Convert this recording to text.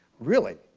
really?